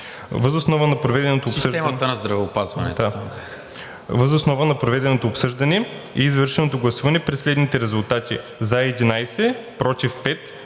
Въз основа на проведеното обсъждане и извършеното гласуване при следните резултати: „за“ 11, „против“